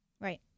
Right